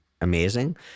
amazing